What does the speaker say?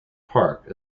park